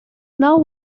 now